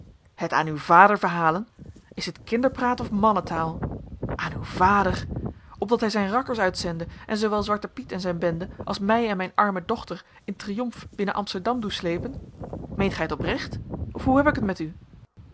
het aan uw vader verhalen is dit kinderpraat of mannentaal aan uw vader opdat hij zijn rakkers uitzende en zoowel zwarten piet en zijn bende als mij en mijn arme dochter in triomf binnen amsterdam doe sleepen meent gij het oprecht of hoe heb ik het met u